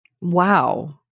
Wow